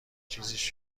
چیزیش